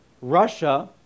Russia